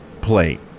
plate